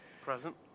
Present